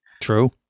True